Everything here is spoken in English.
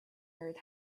earth